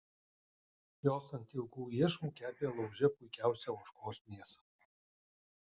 jos ant ilgų iešmų kepė lauže puikiausią ožkos mėsą